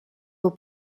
aux